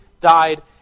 died